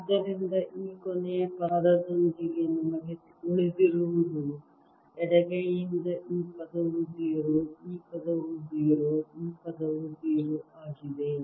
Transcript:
ಆದ್ದರಿಂದ ಈ ಕೊನೆಯ ಪದದೊಂದಿಗೆ ನಿಮಗೆ ಉಳಿದಿರುವುದು ಎಡಗೈಯಿಂದ ಈ ಪದವು 0 ಈ ಪದವು 0 ಈ ಪದವು 0 ಆಗಿದೆ